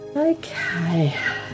Okay